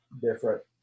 different